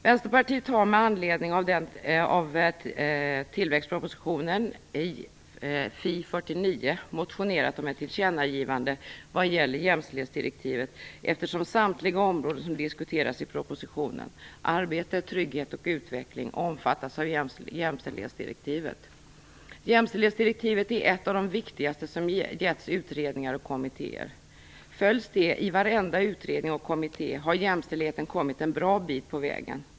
Vänsterpartiet har med anledning av tillväxtpropositionen motionerat, Fi49, om ett tillkännagivande vad gäller jämställdhetsdirektivet, eftersom samtliga områden som diskuteras i propositionen Arbete, trygghet och utveckling omfattas av jämställdhetsdirektivet. Jämställdhetsdirektivet är ett av de viktigaste som givits utredningar och kommittéer. Följs det i varenda utredning och kommitté har jämställdheten kommit en bra bit på vägen.